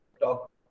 talk